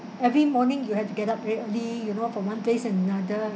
every morning you have to get up very early you know from one place to another